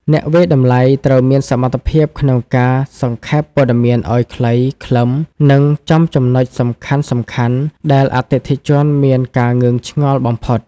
អ្នកវាយតម្លៃត្រូវមានសមត្ថភាពក្នុងការសង្ខេបព័ត៌មានឱ្យខ្លីខ្លឹម និងចំចំណុចសំខាន់ៗដែលអតិថិជនមានការងឿងឆ្ងល់បំផុត។